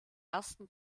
ersten